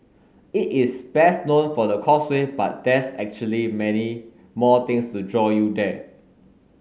it is best known for the Causeway but there's actually many more things to draw you there